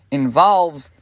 involves